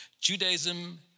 Judaism